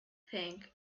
think